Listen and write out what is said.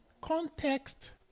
context